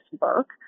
work